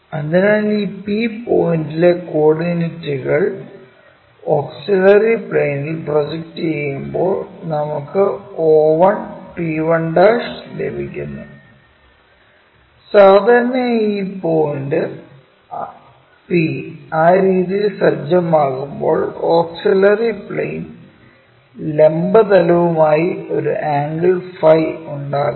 അതിനാൽ ഈ P പോയിന്റിലെ കോർഡിനേറ്റുകൾ ഓക്സിലറി പ്ലെയിനിൽ പ്രൊജക്റ്റ് ചെയ്യുമ്പോൾ നമുക്ക് o1 p1' ലഭിക്കുന്നു സാധാരണയായി ഈ പോയിന്റ് P ആ രീതിയിൽ സജ്ജമാക്കുമ്പോൾ ഓക്സിലറി പ്ലെയിൻ ലംബ തലവുമായി ഒരു ആംഗിൾ phi ഫൈ 𝝓 ഉണ്ടാകുന്നു